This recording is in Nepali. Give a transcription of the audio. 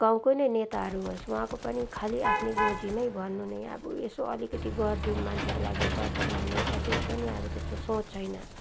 गाउँको नै नेताहरू होस् उहाँको पनि खालि आफ्नो गोजी नै भर्नु नै अब यसो अलिकति गरिदिऊँ मान्छेको लागि गरिदिऊँ भन्ने कसैको पनि अब त्यस्तो सोच छैन